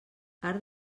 arc